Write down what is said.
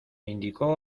indicó